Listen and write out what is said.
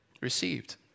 received